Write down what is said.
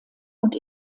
und